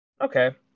Okay